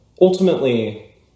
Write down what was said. Ultimately